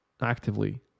actively